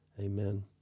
Amen